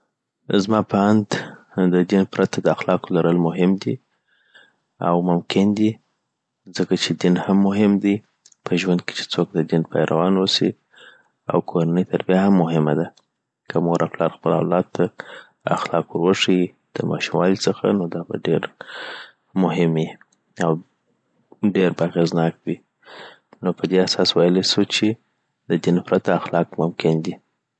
ما په اند ددین پرته داخلاقو لرل مهم دی او ممکن دي ځکه دین هم مهم دي په ژوند کي چي څوک د دین پایروان اوسي او کورنۍ تربیه هم مهمه ده که مور او پلار خپل اولاد ته اخلاق ور وښه یی دماشوموالي څخه نو دا به ډیر مهم یی. او ډیر به اغېزناکه وي نو پدی اساس ویالای سو چي د دین پرته اخلاق ممکن دی